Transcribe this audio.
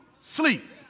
sleep